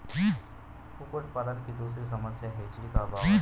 कुक्कुट पालन की दूसरी समस्या हैचरी का अभाव है